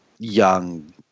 young